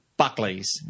Buckley's